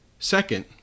Second